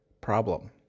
problem